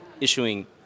issuing